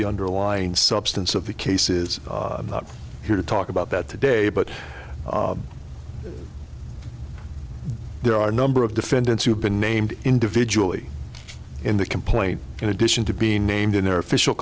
the underlying substance of the case is not here to talk about that today but there are a number of defendants who have been named individually in the complaint in addition to being named in their official